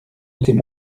laissez